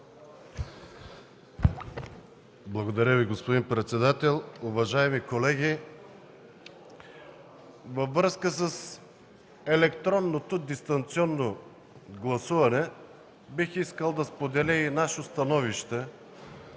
Благодаря Ви, господин председател. Уважаеми колеги, във връзка с електронното дистанционно гласуване бих искал да споделя и нашето становище,